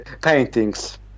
paintings